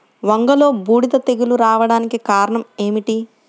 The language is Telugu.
వంగలో బూడిద తెగులు రావడానికి కారణం ఏమిటి?